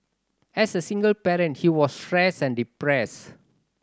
as a single parent he was stressed and depressed